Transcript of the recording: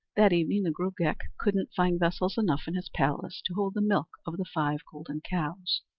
that evening the gruagach couldn't find vessels enough in his palace to hold the milk of the five golden cows.